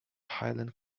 highland